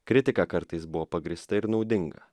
kritika kartais buvo pagrįsta ir naudinga